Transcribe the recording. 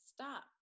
stop